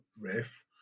riff